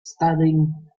studying